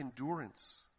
endurance